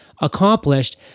accomplished